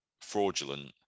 fraudulent